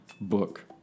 book